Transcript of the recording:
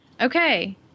Okay